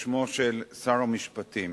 בשמו של שר המשפטים.